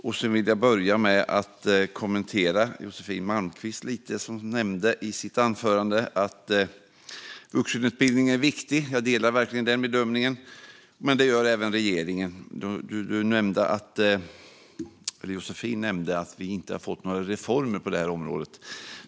Jag ska också kommentera lite grann av det Josefin Malmqvist nämnde i sitt anförande. Hon sa att vuxenutbildningen är viktig. Jag delar verkligen den bedömningen, och det gör även regeringen. Josefin sa att vi inte hade fått några reformer på det här området.